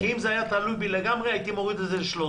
כי אם זה היה תלוי בי לגמרי הייתי מוריד את זה ל-13.